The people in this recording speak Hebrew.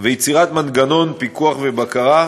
יהודה גליק, בבקשה.